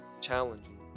challenging